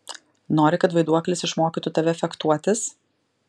nori kad vaiduoklis išmokytų tave fechtuotis